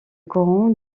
coron